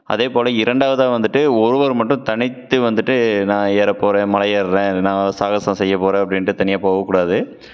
அதேப்போல் இரண்டாவதாக வந்துட்டு ஒருவர் மட்டும் தனித்து வந்துட்டு நான் ஏற போகிறேன் மலை ஏறுறேன் நான் சாகசம் செய்ய போகிறேன் அப்படின்ட்டு தனியாக போகக்கூடாது